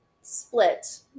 split